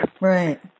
Right